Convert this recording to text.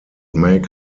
make